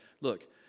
look